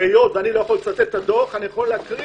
היות ואני לא יכול לצטט את הדוח אני יכול להקריא